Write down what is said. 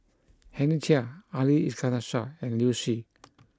Henry Chia Ali Iskandar Shah and Liu Si